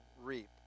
reap